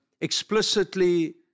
explicitly